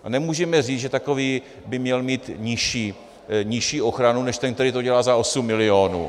A nemůžeme říci, že takový by měl mít nižší ochranu než ten, který to dělá za osm milionů.